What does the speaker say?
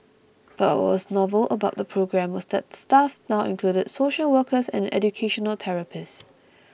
but what was novel about the programme was that the staff now included social workers and educational therapists